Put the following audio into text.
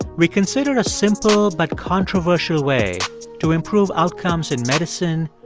we considered a simple but controversial way to improve outcomes in medicine,